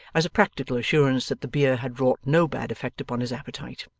as a practical assurance that the beer had wrought no bad effect upon his appetite.